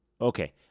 Okay